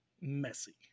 messy